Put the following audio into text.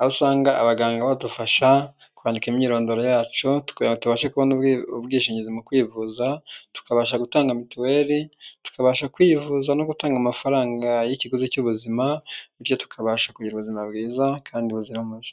aho usanga abaganga badufasha, kwandika imyirondoro yacu kugira ngo tubashe kubona ubwishingizi mu kwivuza, tukabasha gutanga mituweli, tukabasha kwivuza no gutanga amafaranga y'ikiguzi cy'ubuzima, bityo tukabasha kugira ubuzima bwiza kandi buzira umuze.